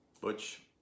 Butch